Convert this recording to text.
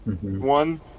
one